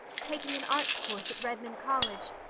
taking an arts course at redmond college,